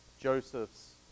Joseph's